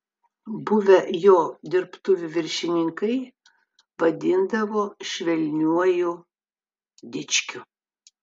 buvę jo dirbtuvių viršininkai vadindavo švelniuoju dičkiu